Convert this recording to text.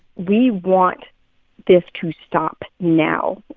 we want this to stop now.